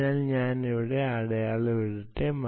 അതിനാൽ ഞാൻ ഇവിടെ അടയാളം ഇടട്ടെ